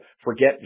forget